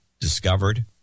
discovered